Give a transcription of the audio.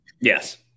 Yes